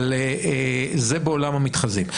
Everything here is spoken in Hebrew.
אבל זה בעולם המתחזים,